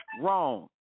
wrong